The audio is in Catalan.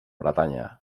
bretanya